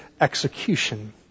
execution